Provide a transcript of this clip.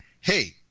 hey